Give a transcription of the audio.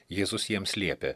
jėzus jiems liepė